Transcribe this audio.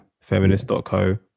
feminist.co